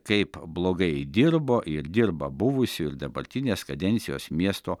kaip blogai dirbo ir dirba buvusi ir dabartinės kadencijos miesto